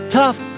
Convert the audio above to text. tough